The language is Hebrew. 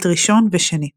אלט ראשון ושני.